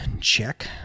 Check